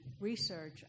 research